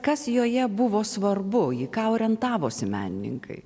kas joje buvo svarbu jį ką orientavosi menininkai